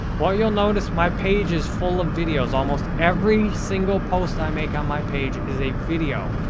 well, you'll notice my page is full of videos. almost every single post i make on my page is a video.